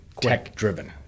tech-driven